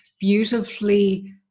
beautifully